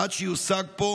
עד שיושג פה,